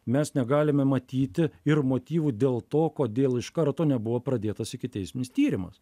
mes negalime matyti ir motyvų dėl to kodėl iš karto nebuvo pradėtas ikiteisminis tyrimas